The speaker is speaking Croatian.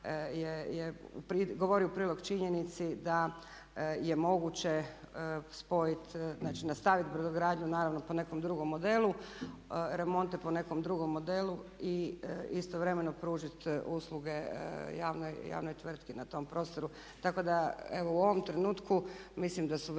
govori u prilog činjenici da je moguće spojiti, znači nastaviti brodogradnju naravno po nekom drugom modelu, remonte po nekom drugom modelu i istovremeno pružiti usluge javnoj tvrtki na tom prostoru. Tako da evo u ovom trenutku mislim da su vezana